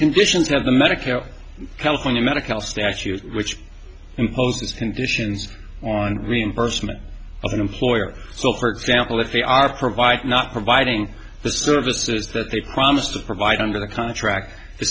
conditions have the medicare california medical statute which imposes conditions on reimbursement of an employer so for example if they are providing not providing the services that they promised to provide under the contract the